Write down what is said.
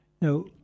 Now